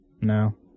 No